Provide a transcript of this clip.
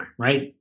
right